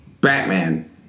Batman